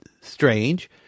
strange